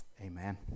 Amen